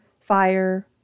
fire